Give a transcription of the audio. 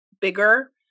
bigger